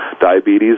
diabetes